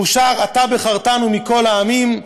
והוא שר: "אתה בחרתנו מכל העמים,